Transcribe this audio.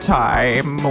time